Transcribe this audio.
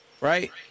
right